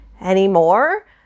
anymore